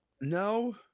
no